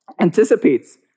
anticipates